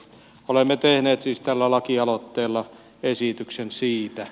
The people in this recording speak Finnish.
olemme tehneet siis tällä lakialoitteella esityksen siitä